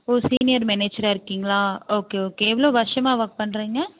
ஓ senior மேனேஜராக இருக்கீங்களா okay okay எவ்வளோ வருஷமாக ஒர்க் பண்ணுறீங்க